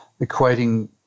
equating